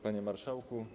Panie Marszałku!